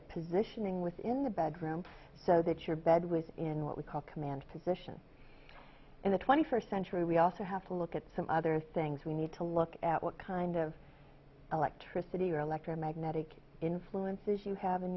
at positioning within the bedroom so that your bed was in what we call command position in the twenty first century we also have to look at some other things we need to look at what kind of electricity or electromagnetic influences you have in